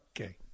okay